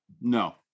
No